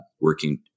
working